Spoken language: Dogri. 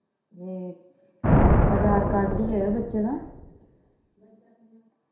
ते आधार कार्ड लेई आयो बच्चे दा